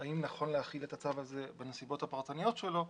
אם נכון להחיל את הצו הזה בנסיבות הפרטניות שלו,